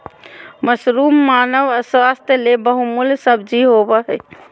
mushroom मानव स्वास्थ्य ले बहुमूल्य सब्जी होबय हइ